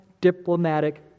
diplomatic